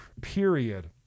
Period